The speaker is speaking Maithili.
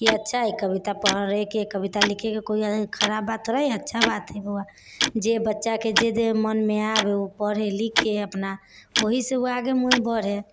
कि अच्छा हइ कविता पढ़ैके कविता लिखैके कोइ खराब बात थोड़े हइ अच्छा बात हइ बौआ जे बच्चाके जे जे मोनमे आबै ओ पढ़ै लिखै अपना वएहसे ओ आगे बढ़ै